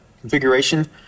configuration